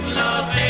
love